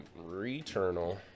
Returnal